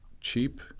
cheap